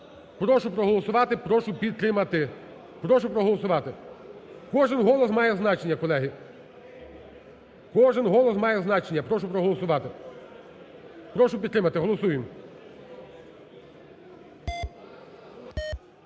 Прошу проголосувати, прошу підтримати. Прошу проголосувати, кожен голос має значення, колеги. Кожен голос має значення, прошу проголосувати, прошу підтримати, голосуємо.